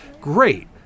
Great